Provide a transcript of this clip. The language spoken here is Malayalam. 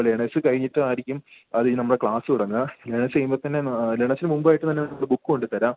ലേണേസ് കഴിഞ്ഞിട്ടായിരിക്കും അത് നമ്മളെ ക്ലാസ് തുടങ്ങുക ലേണേസ് ചെയ്യുമ്പം തന്നെ ലേണേസിന് മുമ്പായിട്ട് തന്നെ നമ്മൾ ബുക്ക് കൊണ്ടുതരാം